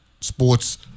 sports